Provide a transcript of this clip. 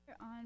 On